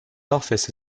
office